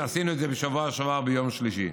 ועשינו את זה בשבוע שעבר ביום שלישי.